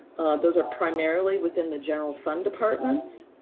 those are primarily within the general fund departments.